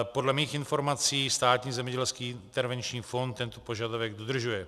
Podle mých informací Státní zemědělský intervenční fond tento požadavek dodržuje.